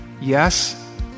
Yes